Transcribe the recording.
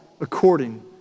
according